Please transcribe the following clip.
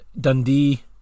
Dundee